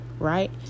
Right